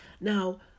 Now